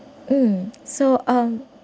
um so um